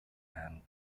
and